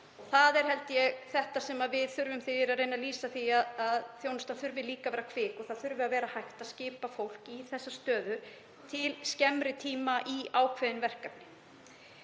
að þetta sé það sem við þurfum þegar ég er að reyna að lýsa því að þjónustan þurfi líka að vera kvik og það þurfi að vera hægt að skipa fólk til skemmri tíma í ákveðin verkefni.